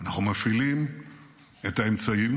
אנחנו מפעילים את האמצעים.